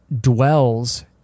dwells